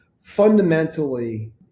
Fundamentally